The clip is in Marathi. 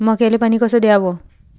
मक्याले पानी कस द्याव?